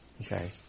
Okay